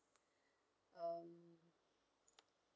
one